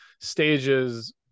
stages